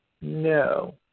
No